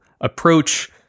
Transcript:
approach